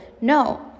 No